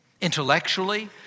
intellectually